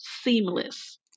seamless